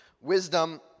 Wisdom